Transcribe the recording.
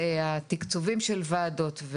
תקצובי הוועדות,